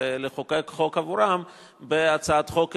ולחוקק חוק עבורם בהצעת חוק המשך,